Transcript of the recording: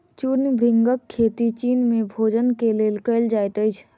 चूर्ण भृंगक खेती चीन में भोजन के लेल कयल जाइत अछि